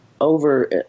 over